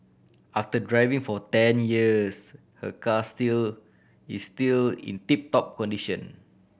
after driving for ten years her car still is still in tip top condition